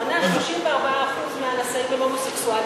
הוא ענה: 34% מהנשאים הם הומוסקסואלים,